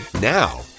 Now